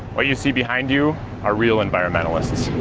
what you see behind you are real environmentalists.